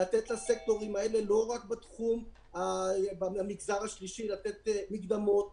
לתת לא רק למגזר השלישי מקדמות.